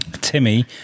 Timmy